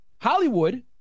Hollywood